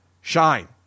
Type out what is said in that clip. shine